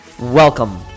Welcome